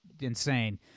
insane